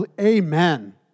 amen